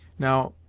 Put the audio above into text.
now,